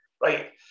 right